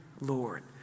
Lord